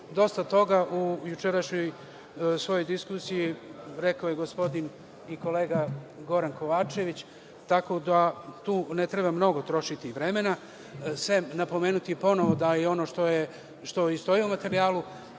toga u jučerašnjoj svojoj diskusiji rekao je gospodin i kolega Goran Kovačević, tako da tu ne treba mnogo trošiti vremena, sem napomenuti ponovo da je ono što i stoji u materijalu,